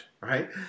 right